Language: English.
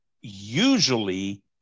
usually